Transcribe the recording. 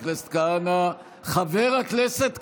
חבר הכנסת כהנא, חבר הכנסת כהנא,